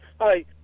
Hi